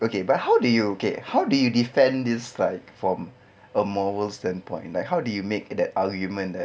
okay but how do you okay how do you defend like from a moral standpoint like how do you make that argument that